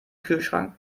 kühlschrank